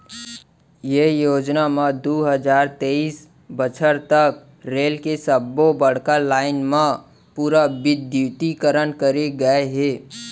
ये योजना म दू हजार तेइस बछर तक रेल के सब्बो बड़का लाईन म पूरा बिद्युतीकरन करे गय हे